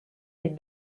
les